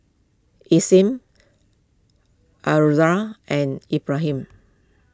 Isnin Azura and Ibrahim